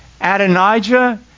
Adonijah